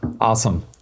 awesome